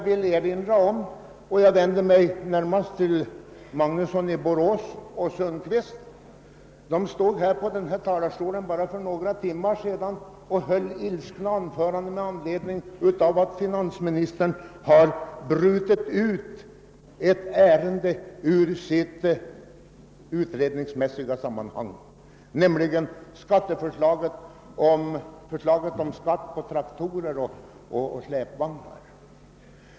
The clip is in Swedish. Herr Magnusson i Borås och herr Sundkvist höll för bara några timmar sedan från denna talarstol ilskna anföranden för att finansministern hade brutit ut ett ärende ur dess utred ningsmässiga sammanhang. Det gällde förslaget om skatt på traktorer och släpvagnar.